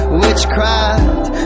witchcraft